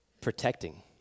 protecting